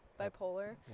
bipolar